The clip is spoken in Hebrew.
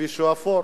הכביש הוא אפור.